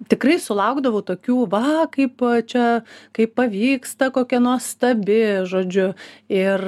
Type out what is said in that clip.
tikrai sulaukdavau tokių va kaip čia kaip pavyksta kokia nuostabi žodžiu ir